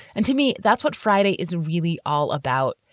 and to me, that's what friday is really all about.